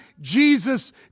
Jesus